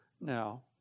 now